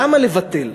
למה לבטל?